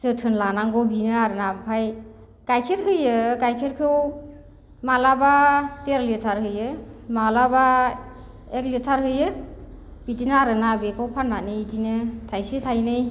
जोथोन लानांगौ बेनो आरोना ओमफ्राय गाइखेर होयो गाइखेरखौ माब्लाबा देर लिटार होयो माब्लाबा एक लिटार होयो बिदिनो आरोना बेखौ फाननानै बिदिनो थाइसे थाइनै